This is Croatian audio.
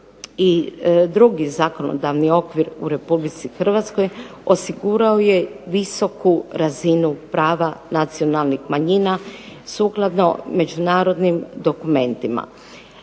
drugi zakonodavni okvir u Republici Hrvatskoj osigurao je visoku razinu prava nacionalnih manjina sukladno međunarodnim dokumentima.